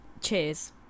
cheers